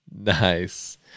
nice